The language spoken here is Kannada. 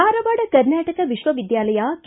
ಧಾರವಾಡ ಕರ್ನಾಟಕ ವಿಶ್ವ ವಿದ್ಯಾಲಯ ಕೆ